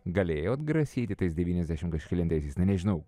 galėjo atgrasyti tais devyniasdešimt kažkelintaisiais na nežinau